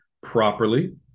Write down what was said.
properly